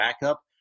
backup